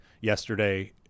yesterday